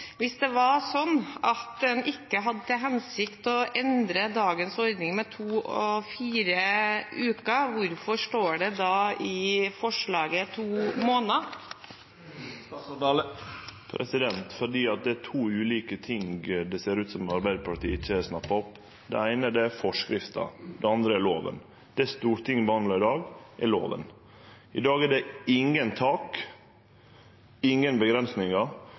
Hvis det var slik at en ikke hadde til hensikt å endre dagens ordning med to og fire uker, hvorfor står det da to måneder i forslaget? Fordi det er to ulike ting, noko det ser ut som om Arbeidarpartiet ikkje har snappa opp. Det eine er forskrifta. Det andre er loven. Det Stortinget behandlar i dag, er loven. I dag er det ingen tak, ingen